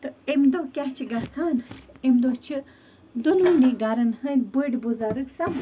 تہٕ امہِ دۄہ کیٛاہ چھِ گژھان امہِ دۄہ چھِ دۄنوٕنی گَرَن ہٕنٛدۍ بٔڑ بُزرگ سَمکھان